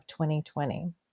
2020